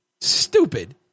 Stupid